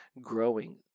growing